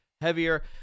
heavier